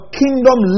kingdom